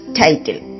title